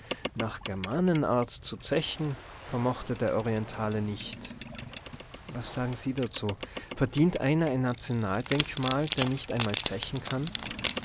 nach germanenart zu zechen vermochte der orientale nicht was sagen sie dazu verdient einer ein nationaldenkmal der nicht einmal zechen kann